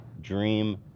dream